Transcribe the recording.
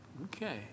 Okay